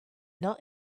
not